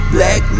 Black